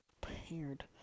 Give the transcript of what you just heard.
prepared